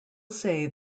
say